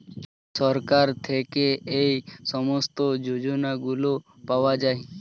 সরকার থেকে এই সমস্ত যোজনাগুলো পাওয়া যায়